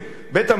בית-המשפט,